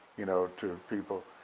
you know, to people,